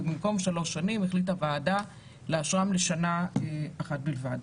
ובמקום שלוש שנים החליטה הוועדה לאשרן לשנה אחת בלבד.